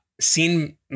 seen